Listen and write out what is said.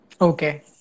Okay